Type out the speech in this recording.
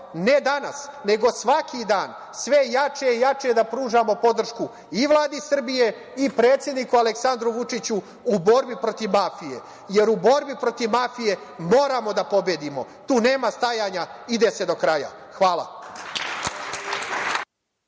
ne danas, nego svaki dan sve jače i jače da pružamo podršku i Vladi Srbije i predsedniku Aleksandru Vučiću u borbi protiv mafije. U borbi protiv mafije moramo da pobedimo, tu nema stajanja, ide se do kraja. Hvala